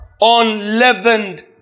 unleavened